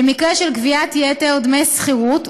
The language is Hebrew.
במקרה של גביית יתר דמי שכירות,